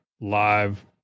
live